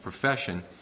profession